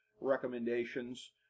recommendations